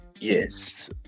Yes